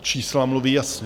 Čísla mluví jasně.